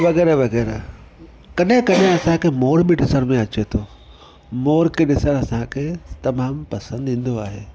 वग़ैरह वग़ैरह कॾहिं कॾहिं असांखे मोर बि ॾिसण में अचे थो मोर खे ॾिसणु असांखे तमामु पसंदि ईंदो आहे